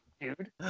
dude